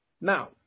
Now